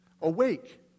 Awake